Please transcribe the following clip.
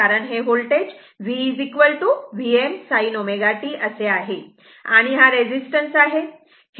कारण हे voltage V Vm sin ω t आहे आणि हा रेजिस्टन्स आहे